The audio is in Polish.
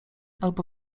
albo